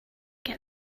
get